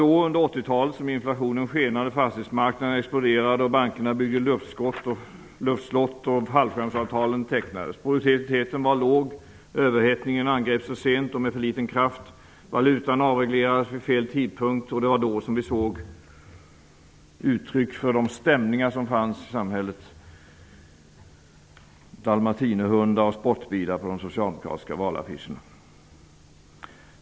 Det var under 80-talet som inflationen skenade, fastighetsmarknaden exploderade, bankerna byggde luftslott och fallskärmsavtalen tecknades. Produktiviteten var låg, överhettningen angreps för sent och med för liten kraft, valutan avreglerades vid fel tidpunkt och vi såg uttryck för de stämningar som fanns i samhället -- dalmatinerhundar och sportbilar på de socialdemokratisksa valaffischerna.